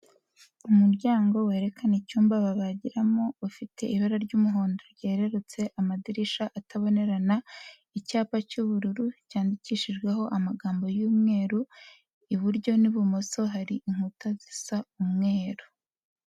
Umuryango werekana icyumba babagiramo, ufite ibara ry'umuhondo ryererutse, amadirishya atabonerana, icyapa cy'ubururu cyandikishijweho amagambo y'umweru, iburyo n'ibumoso hari inkuta zisa umweru.